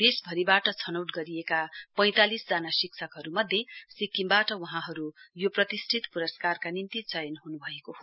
देशभरिबाट छनौट गरिएका पैंतालिस जना शिक्षकहरूमध्ये सिक्किमबाट वहाँहरू यो प्रतिष्ठित पुरस्कारका निम्ति चयन हनुभएको हो